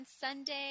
Sunday